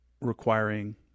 requiring